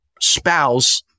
spouse